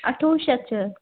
اَٹھووُہ شیٚتھ چھِ حظ